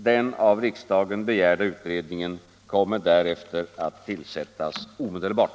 Den av riksdagen begärda utredningen kommer därefter att tillsättas omedelbart.